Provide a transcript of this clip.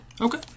Okay